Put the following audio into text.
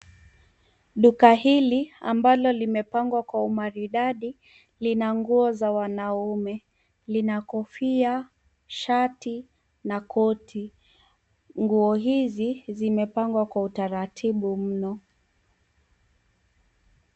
Duka hili, ambalo limepangwa kwa umaridadi, lina nguo za wanaume. Lina kofia, shati na koti. Nguo hizi, zimepangwa kwa utaratibu mno.